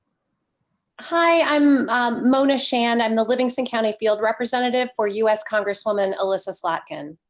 hi, i'm mona shan. i'm the livingston county field representative for us congresswoman elissa slotkin.